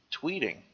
tweeting